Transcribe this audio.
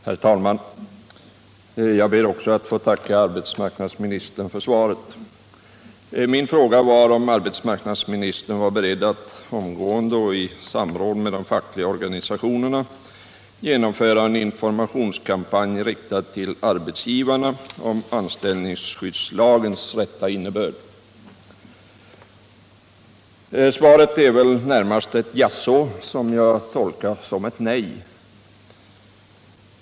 Herr talman! Jag ber också att få tacka arbetsmarknadsministern för svaret. Min fråga var: ”Är arbetsmarknadsministern beredd att omgående och i samråd med de fackliga organisationerna genomföra en informationskampanj, riktad till arbetsgivarna, om anställningsskyddslagens rätta innebörd?” Svaret är väl närmast ett jaså, vilket jag tolkar som ett nej.